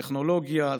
טכנולוגיה,